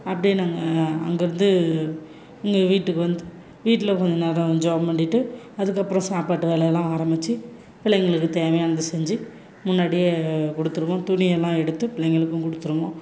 அப்படியே நாங்கள் அங்கேருந்து இங்கே வீட்டுக்கு வந்து வீட்டில் கொஞ்ச நேரம் ஜெபம் பண்ணிட்டு அதுக்கப்புறம் சாப்பாட்டு வேலைலாம் ஆரம்பித்து பிள்ளைங்களுக்கு தேவையானதை செஞ்சு முன்னாடியே கொடுத்துருவோம் துணியெல்லாம் எடுத்து பிள்ளைங்களுக்கும் கொடுத்துருவோம்